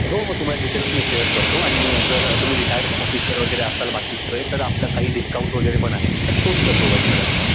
हो हो तुम्हाला डिटेल्स मी शेअर करतो आणि जर तुम्ही रिटायर्ड ऑफिसर वगैरे असाल बाकी सगळे तर आपला काही डिस्काउंट वगैरे पण आहे तर तो सुद्धा प्रोवाईड केला जाईल